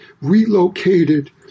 relocated